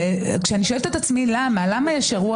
וכשאני שואלת את עצמי למה יש אירוע